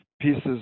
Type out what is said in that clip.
pieces